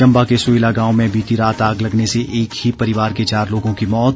चम्बा के सुईला गांव में बीती रात आग लगने से एक ही परिवार के चार लोगों की मौत